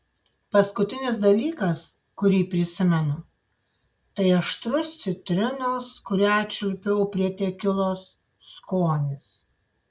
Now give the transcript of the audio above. paskutinis dalykas kurį prisimenu tai aštrus citrinos kurią čiulpiau prie tekilos skonis